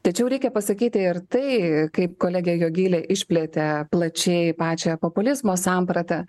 tačiau reikia pasakyti ir tai kaip kolegė jogilė išplėtė plačiai pačią populizmo sampratą